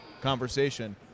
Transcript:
conversation